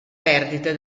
perdita